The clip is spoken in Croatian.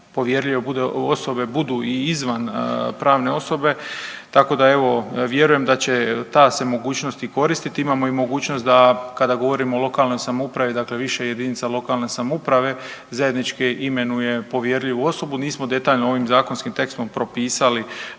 povjerljive budu, osobe budu i izvan pravne osobe tako da evo vjerujem da će ta se mogućnost i koristi. Imamo i mogućnost da kada govorimo o lokalnoj samoupravi, dakle više jedinice lokalne samouprave zajednički imenuje povjerljivu osobu. Nismo detaljno ovim zakonskim tekstom propisali